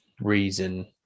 reason